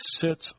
sits